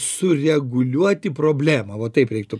sureguliuoti problemą vot taip reiktų